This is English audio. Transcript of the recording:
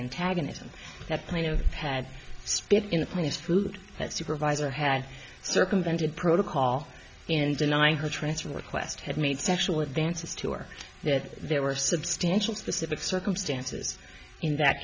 antagonism that plaintiff had spit in the plaintiff's food that supervisor had circumvented protocol in denying her transfer request had made sexual advances to her that there were substantial specific circumstances in that